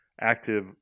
active